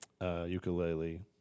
ukulele